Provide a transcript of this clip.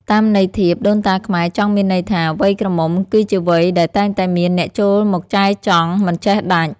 តាមន័យធៀប ដូនតាខ្មែរចង់មានន័យថា វ័យក្រមុំគឺជាវ័យដែលតែងតែមានអ្នកចូលមកចែចង់មិនចេះដាច់។